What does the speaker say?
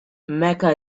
mecca